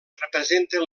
representa